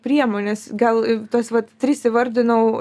priemones gal tas vat tris įvardinau